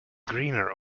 greener